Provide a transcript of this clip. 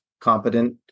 competent